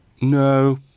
No